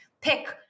pick